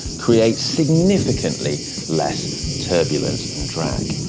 creates significantly less turbulence and drag.